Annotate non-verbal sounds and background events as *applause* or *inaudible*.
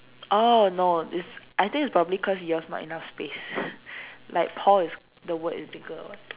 oh no it's I think it's probably cause yours not enough space *breath* like Paul is the word is bigger or what